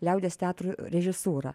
liaudies teatro režisūra